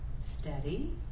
steady